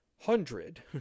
hundred